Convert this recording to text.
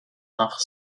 nach